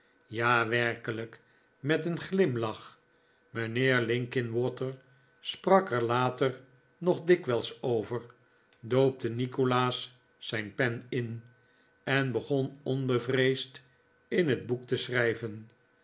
ja werkelijk met een glimlach mijnheer linkinwater sprak er later nog dikwijls over doopte nikolaas zijn pen in en begon onbevreesd in het boek te schrijven